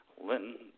Linton